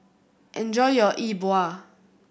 enjoy your E Bua